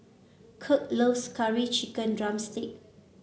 Kirk loves Curry Chicken drumstick